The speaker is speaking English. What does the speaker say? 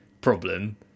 problem